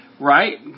Right